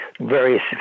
various